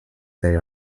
they